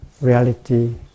reality